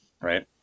right